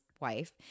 wife